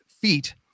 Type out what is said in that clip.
feet